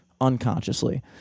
unconsciously